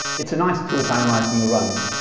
it's a nice tool for analysing your runs.